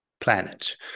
planet